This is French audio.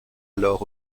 alors